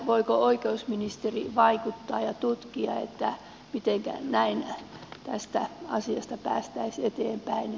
voiko oikeusministeri vaikuttaa ja tutkia mitenkä tästä asiasta päästäisiin eteenpäin